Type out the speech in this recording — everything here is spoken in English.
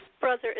brother